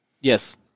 Yes